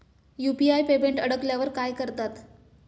UPI payment अडकल्यावर काय करतात?